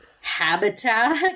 habitat